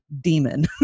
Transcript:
demon